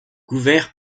couvert